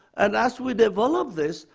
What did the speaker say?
and as we develop this,